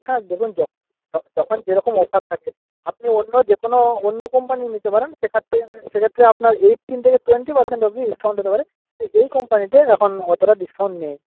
হ্যাঁ দেখুন যখন যখন যেরকম অফার থাকে আপনি অন্য যেকোনো অন্য কোম্পানির নিতে পারেন সে ক্ষেত্রে সে ক্ষেত্রে আপনার এইটিন থেকে টোয়েন্টি পারসেন্ট অবধি ডিসকাউন্ট হতে পারে কিন্তু এই কোম্পানিতে এখন অতটা ডিসকাউন্ট নেই